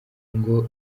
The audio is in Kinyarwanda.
ngo